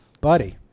buddy